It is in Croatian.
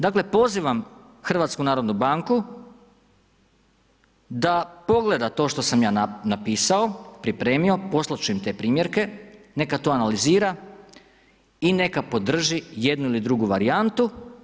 Dakle pozivam HNB da pogleda to što sam ja napisao, pripremio, poslati ću im te primjerke, neka to analizira i neka podrži jednu ili drugu varijantu.